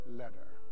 letter